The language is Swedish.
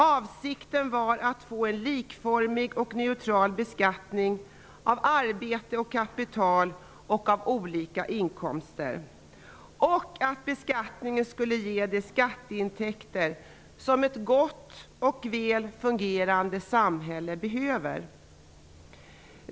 Avsikten var att få en likformig och neutral beskattning av arbete och kapital och av olika inkomster samt att beskattningen skulle ge de skatteintäkter som ett gott och väl fungerande samhälle behöver.